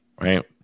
Right